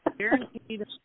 Guaranteed